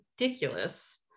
ridiculous